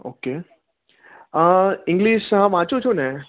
okay English હા વાંચું છું ને